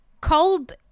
cold